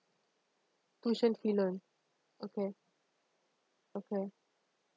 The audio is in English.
tuition fee loan okay okay